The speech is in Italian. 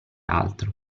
altro